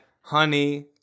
honey